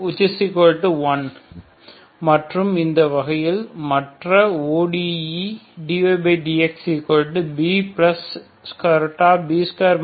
41 மற்றும் இந்த வகையில் மற்ற ODE dydxBB2 4AC2A 5 52 4